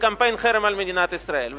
בקמפיין חרם על מדינת ישראל,